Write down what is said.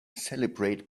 celebrate